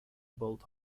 built